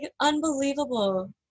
Unbelievable